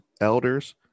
elders